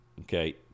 okay